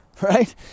Right